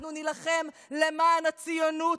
אנחנו נילחם למען הציונות,